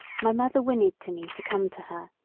my mother whinnied to me to come to her,